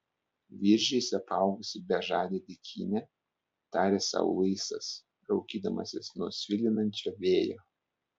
viržiais apaugusi bežadė dykynė tarė sau luisas raukydamasis nuo svilinančio vėjo